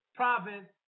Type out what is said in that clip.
province